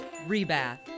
Rebath